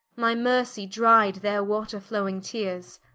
my mercie dry'd their water-flowing teares.